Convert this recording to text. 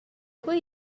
quei